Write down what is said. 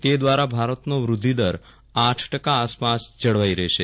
તે દ્વારા ભારતનો વૃદ્ધિદર આઠ ટકા આસપાસ જળવાઇ રહેશે